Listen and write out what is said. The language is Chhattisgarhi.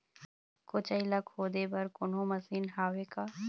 कोचई ला खोदे बर कोन्हो मशीन हावे का?